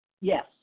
Yes